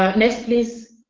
um next please.